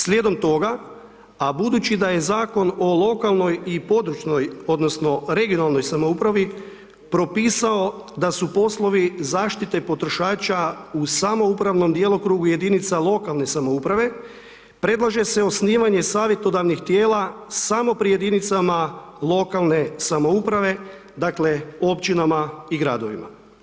Slijedom toga, a budući da je Zakon o lokalnoj i područnoj, odnosno regionalnoj samoupravi, propisao da su poslovi zaštite potrošača u samoupravnom djelokrugu jedinice lokalne samouprave, predlaže se osnivanje savjetodavnih tijela samo pri jedinicama lokalne samouprave, dakle, općinama i gradovima.